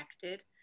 connected